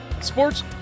sports